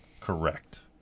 Correct